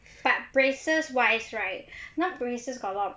but braces wise right now braces got a lot